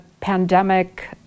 pandemic